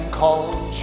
called